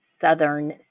southern